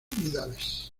unidades